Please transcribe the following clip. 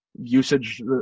usage